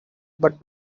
but